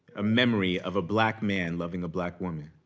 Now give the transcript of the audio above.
a memory of a black man loving a black woman?